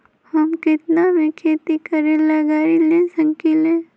हम केतना में खेती करेला गाड़ी ले सकींले?